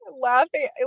laughing